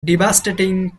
devastating